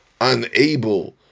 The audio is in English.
unable